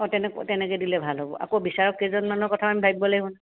অঁ তেনেকৈ তেনেকৈ দিলে ভাল হ'ব আকৌ বিচাৰক কেইজনমানৰ কথাও আমি ভাবিব লাগিব নহয়